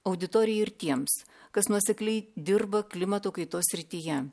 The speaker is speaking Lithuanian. auditorijai ir tiems kas nuosekliai dirba klimato kaitos srityje